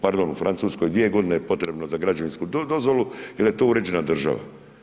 Pardon u Francuskoj, 2 godine je potrebno za građevinsku dozvolu jer je to uređena država.